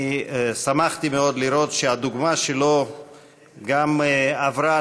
שמחתי מאוד לראות שהדוגמה שלו גם עברה